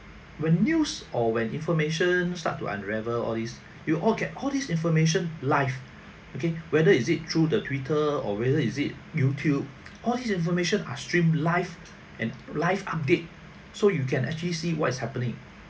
when news or when information start to unravel all these you all get all this information live okay whether is it through the twitter or whether is it youtube all this information are streamed live and live update so you can actually see what is happening